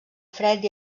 fred